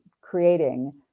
creating